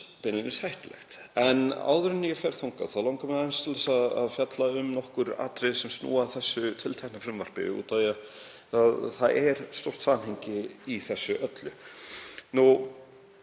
hættulegt. En áður en ég fer þangað langar mig til að fjalla um nokkur atriði sem snúa að þessu tiltekna frumvarpi því að það er stórt samhengi í þessu öllu. Ég